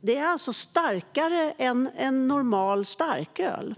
Det är alltså isglass som är starkare än en normal starköl.